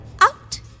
out